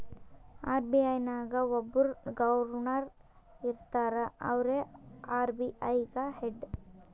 RBI ನಾಗ್ ಒಬ್ಬುರ್ governor ಇರ್ತಾರ ಅವ್ರೇ ಆರ್.ಬಿ.ಐ ಗ ಹೆಡ್